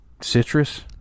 Citrus